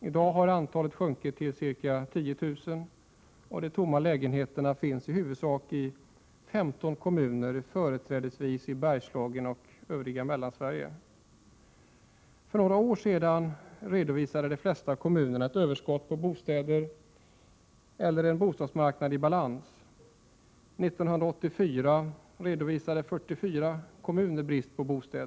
I dag har antalet sjunkit till ca 10 000, och de tomma lägenheterna finns i huvudsak i 15 kommuner, företrädesvis i Bergslagen och övriga Mellansverige. För några år sedan redovisade de flesta kommunerna ett överskott på bostäder eller en bostadsmarknad i balans. 1984 redovisade 44 kommuner brist på bostäder.